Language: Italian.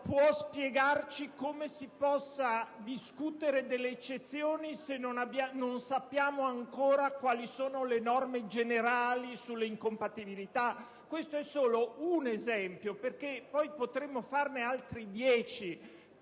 può spiegarci come sia possibile discutere delle eccezioni se non sappiamo ancora quali sono le norme generali sulle incompatibilità? Questo è solo un esempio, perché potremmo farne altri dieci.